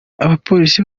abapolisi